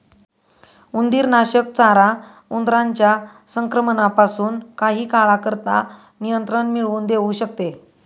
उंदीरनाशक चारा उंदरांच्या संक्रमणापासून काही काळाकरता नियंत्रण मिळवून देऊ शकते